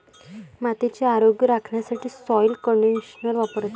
मातीचे आरोग्य राखण्यासाठी सॉइल कंडिशनर वापरतात